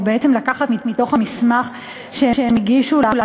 או בעצם לקחת מתוך המסמך שהם הגישו לנו